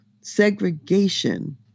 Segregation